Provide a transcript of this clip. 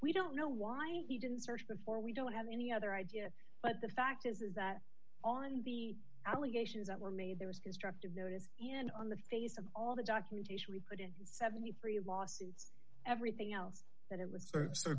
we don't know why he didn't search before we don't have any other idea but the fact is is that often the allegations that were made there was constructive notice and on the face of all the documentation we put in seventy three lawsuits everything else that it was sort